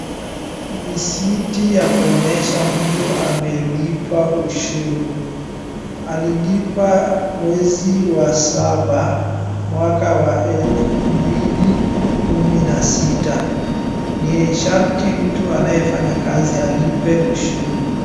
Risiti ya kuonyesha mtu amelipa ushuru. Alilipa mwezi wa saba mwaka wa elfu mbili kumi na sita. Ni sharti mtu anayefanya kazi alipe ushuru.